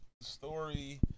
story